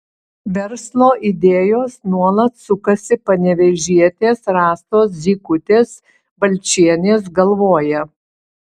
verslo idėjos nuolat sukasi panevėžietės rasos zykutės balčienės galvoje